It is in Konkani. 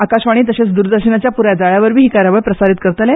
आकाशवाणी तशेच द्रदर्शनाच्या प्राय जाळ्यावरवी ही कार्यावळ प्रसारीत करतले